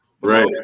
Right